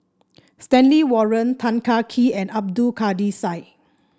Stanley Warren Tan Kah Kee and Abdul Kadir Syed